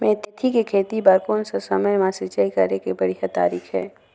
मेथी के खेती बार कोन सा समय मां सिंचाई करे के बढ़िया तारीक हे?